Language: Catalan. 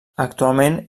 actualment